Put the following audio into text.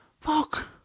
fuck